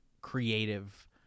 Creative